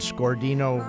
Scordino